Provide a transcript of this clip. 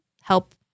help